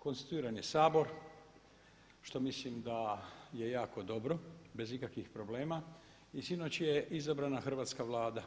Konstituiran je Sabor, što mislim da je jako dobro bez ikakvih problema i sinoć je izabrana Hrvatska vlada,